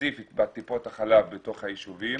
ספציפית בטיפות החלב בתוך היישובים